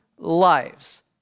lives